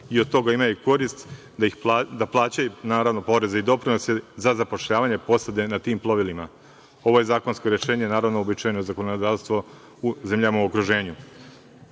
i od toga imaju korist, da plaćaju poreze i doprinose za zapošljavanje posade na tim plovilima. Ovo zakonsko rešenje je uobičajeno za zakonodavstvo u zemljama u okruženju. Takođe,